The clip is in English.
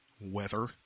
Weather